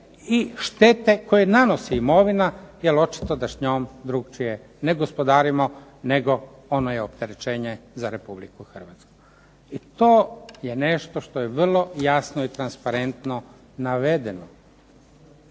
i štete koje nanosi imovina jel očito da s njom drukčije ne gospodarimo nego ona je opterećenje za RH. I to je nešto što je vrlo jasno i transparentno navedeno